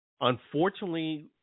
Unfortunately